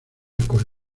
con